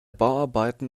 bauarbeiten